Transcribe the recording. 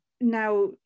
now